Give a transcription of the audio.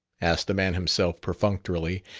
asked the man himself perfunctorily,